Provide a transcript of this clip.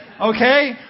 okay